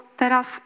teraz